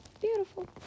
beautiful